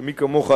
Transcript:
שמי כמוך,